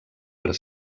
per